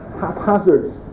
haphazard